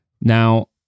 Now